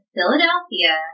Philadelphia